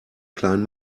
klein